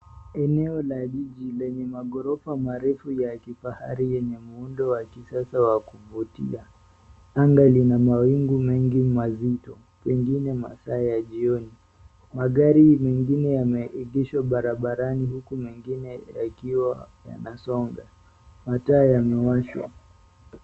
Eneo la jiji lenye maghorofa marefu ya kifahari yenye muundo wa kisasa wa kuvutia. Anga lina mawingu mengi mazito, pengine masaa ya jioni .Magari mengine yameegeshwa barabarani, huku mengine yakiwa yanasonga. Mataa yamewashwa.